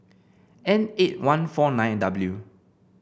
N eight one four nine W